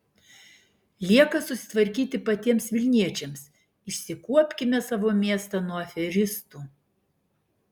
lieka susitvarkyti patiems vilniečiams išsikuopkime savo miestą nuo aferistų